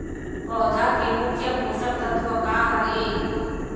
पौधा के मुख्य पोषकतत्व का हर हे?